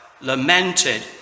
lamented